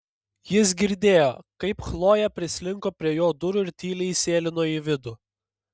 jis girdėjo kaip chlojė prislinko prie jo durų ir tyliai įsėlino į vidų